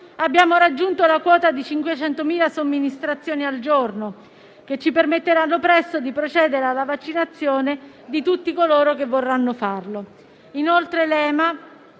abbiamo raggiunto la quota di 500.000 somministrazioni al giorno, che ci permetteranno presto di procedere alla vaccinazione di tutti coloro che vorranno farlo. Inoltre, l'EMA